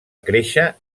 créixer